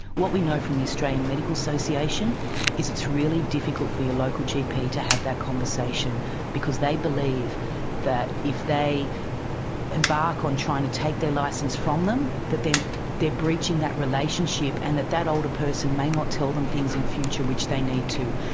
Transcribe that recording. what we know from the australian medical association is it's really difficult for your local gp to have that conversation because they believe that if they embark on trying to take their license from them, that they are breaching that relationship and that that older person may not tell them things in future which they need to.